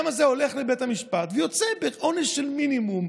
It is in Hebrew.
הבן אדם הזה הולך לבית המשפט ויוצא בעונש מינימום,